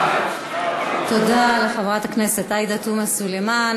תודה לחברת הכנסת עאידה תומא סלימאן.